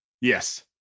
Yes